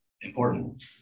important